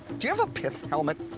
do you have a pith helmet?